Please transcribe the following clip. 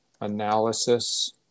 analysis